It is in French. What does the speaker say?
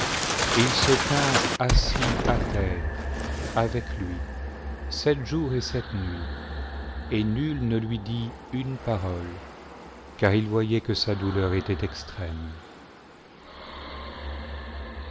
ils se tinrent assis à terre avec lui sept jours et sept nuits et nul ne lui dit une parole car ils voyaient que sa douleur était extrême